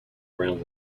around